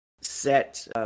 set